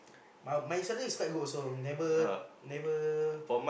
my my salary is quite good also never never